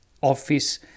Office